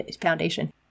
foundation